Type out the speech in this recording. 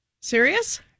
Serious